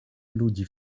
ludzi